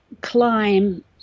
climb